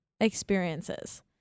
experiences